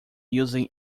using